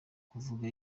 kuvuga